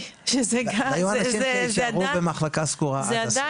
היו אנשים שהיו במחלקה סגורה עד הסוף.